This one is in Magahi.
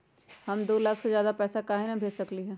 हम दो लाख से ज्यादा पैसा काहे न भेज सकली ह?